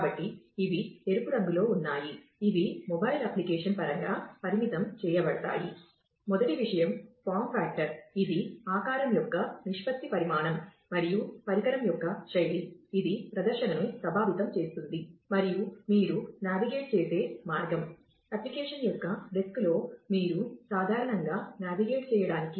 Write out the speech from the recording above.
కాబట్టి మీ నావిగేషన్ వేరే విధంగా జరగవచ్చు